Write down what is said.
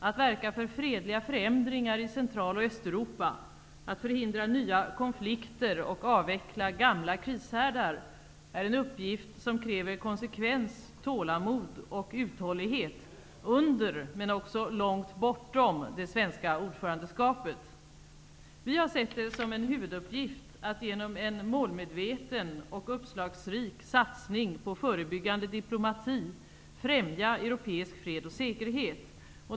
Att verka för fredliga förändringar i Central och Östeuropa och att förhindra nya konflikter och avveckla gamla krishärdar är en uppgift som kräver konsekvens, tålamod och uthållighet under, men också långt bortom, det svenska ordförandeskapet. Vi har sett det som en huvuduppgift att genom en målmedveten och uppslagsrik satsning på förebyggande diplomati främja europeisk fred och säkerhet.